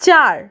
চার